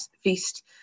feast